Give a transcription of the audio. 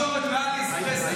שר תקשורת מעלי אקספרס.